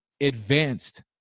advanced